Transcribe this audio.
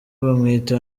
bamwita